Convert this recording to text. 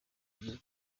ibyo